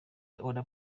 other